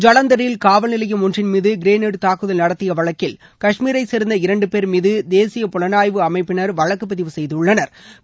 ஜலந்தரில் காவல்நிலையம் ஒன்றின்மீது கிரினிட் தாக்குதல் நடத்திய வழக்கில் கஷ்மீரை சேர்ந்த இரண்டு போ் மீது தேசிய புலனாய்வு அமைப்பினா் வழக்கு பதிவு செய்துள்ளனா்